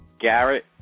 Garrett